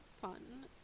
fun